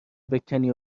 بکنی